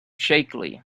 shakily